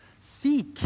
Seek